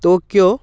Tokyo